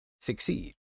succeed